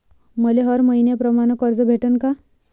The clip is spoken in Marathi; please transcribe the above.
मले हर मईन्याप्रमाणं कर्ज भेटन का?